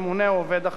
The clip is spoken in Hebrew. ממונה או עובד אחר.